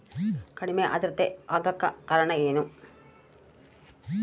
ಕಡಿಮೆ ಆಂದ್ರತೆ ಆಗಕ ಕಾರಣ ಏನು?